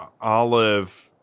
olive